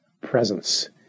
presence